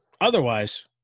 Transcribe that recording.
Otherwise